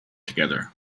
together